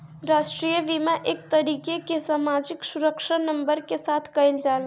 राष्ट्रीय बीमा एक तरीके कअ सामाजिक सुरक्षा नंबर के साथ कइल जाला